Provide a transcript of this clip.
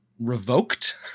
revoked